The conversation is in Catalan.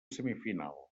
semifinal